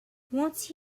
once